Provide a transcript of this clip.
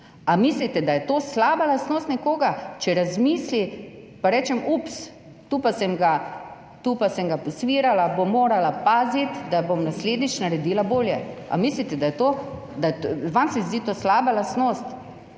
Ali mislite, da je to slaba lastnost nekoga, če razmisli in potem reče: »Ups, tu pa sem ga posvirala, bom morala paziti, da bom naslednjič naredila bolje.« Vam se zdi to slaba lastnost?